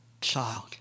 child